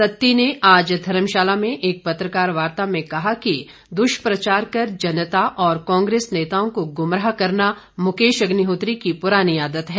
सत्ती ने आज धर्मशाला में एक पत्रकार वार्ता में कहा कि दुष्प्रचार कर जनता और कांग्रेस नेताओं को गुमराह करना मुकेश अग्निहोत्री की पुरानी आदत है